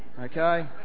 okay